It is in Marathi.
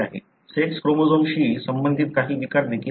सेक्स क्रोमोझोमशी संबंधित काही विकार देखील आहेत